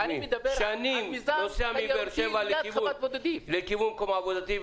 שנים נוסע מבאר שבע לכיוון מקום עבודתי,